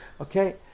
Okay